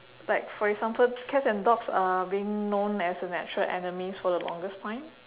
like for example cats and dogs are being known as natural enemies for the longest time